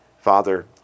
father